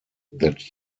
that